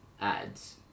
ads